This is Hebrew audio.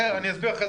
אסביר אחרי זה.